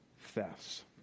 thefts